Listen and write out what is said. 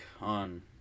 on